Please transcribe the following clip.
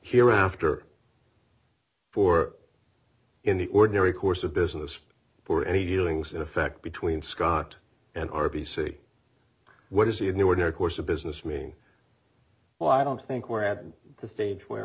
hereafter for in the ordinary course of business for any dealings in effect between scott and r b c what is in the ordinary course of business me well i don't think we're at the stage where